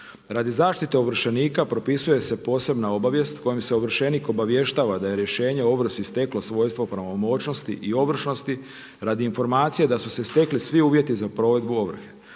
Radi zaštite ovršenika propisuje se posebna obavijest kojom se ovršenik obavještava da je rješenje o ovrsi steklo svojstvo o pravomoćnosti i ovršnosti radi informacije da su se stekli svi uvjeti za provedbu ovrhe.